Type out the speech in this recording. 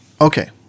okay